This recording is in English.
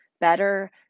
better